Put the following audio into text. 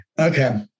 Okay